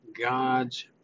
God's